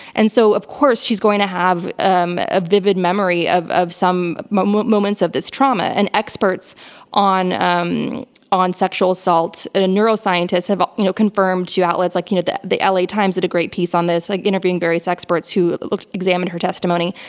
and so, of course, she's going to have a vivid memory of of some moments moments of this trauma. and experts on um on sexual assault, and neuroscientists have you know confirmed to outlets, like you know the the la times had a great piece on this, like interviewing various experts who examined her testimony.